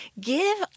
Give